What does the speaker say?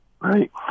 Right